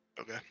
Okay